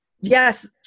yes